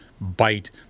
bite